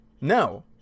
No